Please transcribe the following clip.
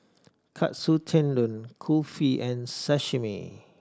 Katsu Tendon Kulfi and Sashimi